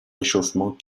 réchauffement